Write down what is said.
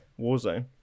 warzone